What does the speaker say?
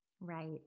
Right